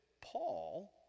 Paul